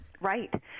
Right